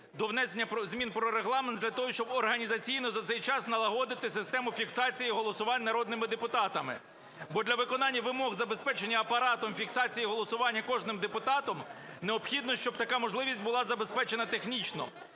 до внесення змін про Регламент для того, щоб організаційно за цей час налагодити систему фіксації голосувань народними депутатами. Бо для виконання вимог забезпечення Апаратом фіксації голосування кожним депутатом необхідно, щоб така можливість була забезпечена технічно.